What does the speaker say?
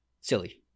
silly